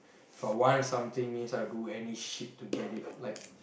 If I want something is I'll do any shit to get it like